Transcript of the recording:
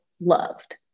loved